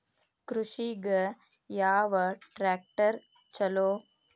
ಕೃಷಿಗ ಯಾವ ಟ್ರ್ಯಾಕ್ಟರ್ ಛಲೋ?